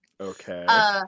Okay